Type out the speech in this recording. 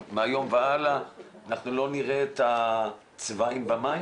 מהיום והלאה אנחנו לא נראה את הצבעים במים?